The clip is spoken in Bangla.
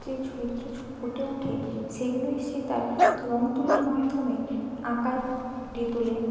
যে চিত্র ফুটে উঠে সেগুলোই সে তার রং তুলির মাধ্যমে আঁকায় ফুটিয়ে তোলে